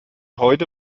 heute